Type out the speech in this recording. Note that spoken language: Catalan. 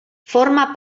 forma